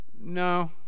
No